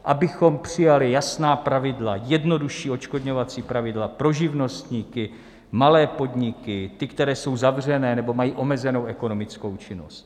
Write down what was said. Abychom přijali jasná pravidla, jednodušší odškodňovací pravidla pro živnostníky, malé podniky, ty, které jsou zavřené nebo mají omezenou ekonomickou činnost.